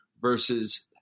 versus